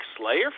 Slayer